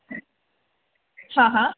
हँ हँ